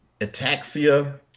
Ataxia